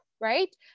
right